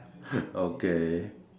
okay